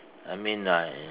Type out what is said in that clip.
I mean like